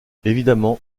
évidemment